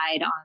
on